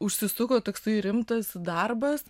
užsisuko toksai rimtas darbas